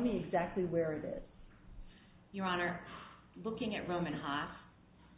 me exactly where it is your honor looking at roman have